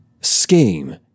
scheme